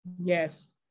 yes